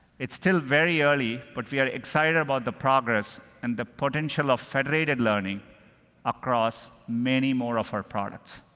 it's still very early, but we are excited about the progress and the potential of federated learning across many more of our products.